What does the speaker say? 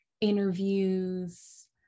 interviews